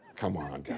come on, yeah